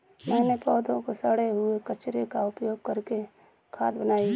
मैंने पौधों के सड़े हुए कचरे का उपयोग करके खाद बनाई